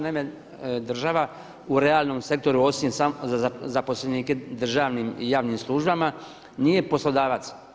Naime, država u realnom sektoru osim za zaposlenike u državnim i javnim službama nije poslodavac.